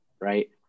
right